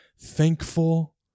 thankful